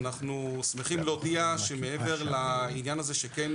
אנחנו שמחים להודיע שמעבר לעניין הזה שכן